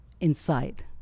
inside